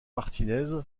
martinez